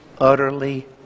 Utterly